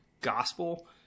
gospel